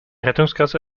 rettungsgasse